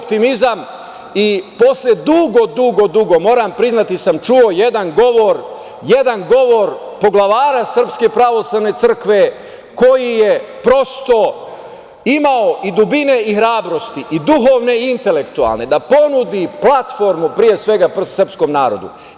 Posle dugo, dugo vremena, moram priznati, čuo sam jedan govor poglavara Srpske pravoslavne crkve koji je prosto imao i dubine i hrabrosti i duhovne i intelektualne da ponudi platformu, pre svega srpskom narodu.